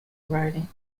riding